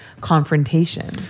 confrontation